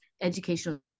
educational